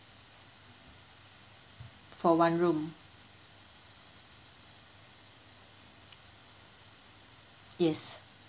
for one room yes